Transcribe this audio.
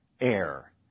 air